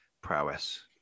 prowess